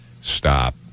Stop